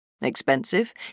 Expensive